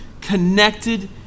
connected